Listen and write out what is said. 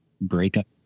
Breakup